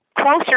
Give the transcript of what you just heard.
closer